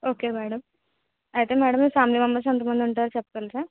okay madam అయితే madam మీ family members ఎంత మంది ఉంటారో చెప్పగలరా